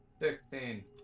Sixteen